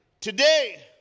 Today